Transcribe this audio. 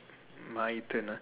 my turn